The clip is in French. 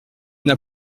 n’a